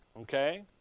okay